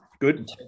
good